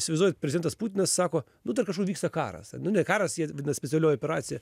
įsivaizduojat prezidentas putinas sako nu ten kažkur vyksta karas nu ne karas jie vadina specialioji operacija